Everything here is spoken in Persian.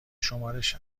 شمارش